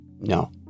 No